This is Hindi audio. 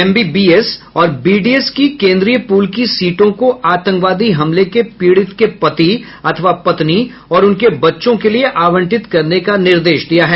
एमबीबीएस और बीडीएस की केन्द्रीय पूल की सीटों को आतंकवादी हमले के पीड़ित के पति अथवा पत्नी और उनके बच्चों के लिए आवंटित करने का निर्देश दिया है